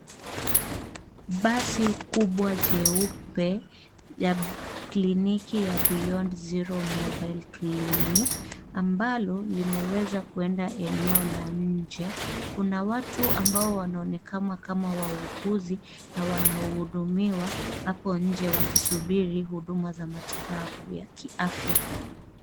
Basi kubwa jeupe ya kliniki ya Beyond Zero Mobile Clinic, ambalo limeweza kuenda eneo la nje. Kuna watu ambao wanaonekana kama wauguzi na wanaohudumiwa hapo nje wakisubiri huduma za matibabu ya kiafya.